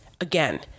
again